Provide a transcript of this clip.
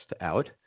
out